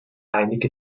einige